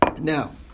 Now